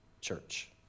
church